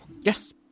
Yes